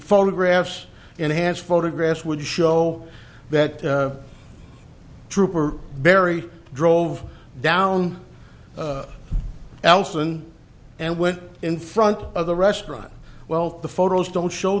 photographs enhanced photographs would show that trooper barry drove down elson and went in front of the restaurant well the photos don't show